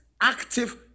active